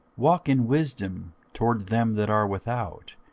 walk in wisdom toward them that are without,